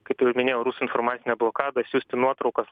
kaip ir minėjau rusų informacinę blokadą siųsti nuotraukas